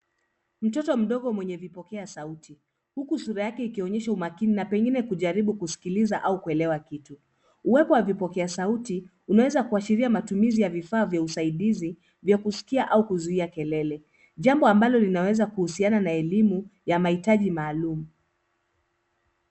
Mtoto mdogo mwenye vipokea sauti, huku sura yake ikionyesha umakini na pengine kujaribu kusikiliza au kuelewa kitu. Uwepo wa vipokea sauti umeweza kuashiria matumizi ya vifaa vya usaidizi vya kusikia au kuzuia kelele, jambo ambalo linaweza kuhusiana na elimu ya mahitaji maalum.